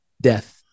death